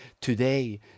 today